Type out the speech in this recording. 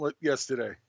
yesterday